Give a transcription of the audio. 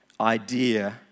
idea